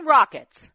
Rockets